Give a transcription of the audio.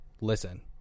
listen